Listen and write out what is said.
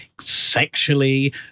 sexually